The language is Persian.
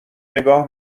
نگاه